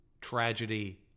tragedy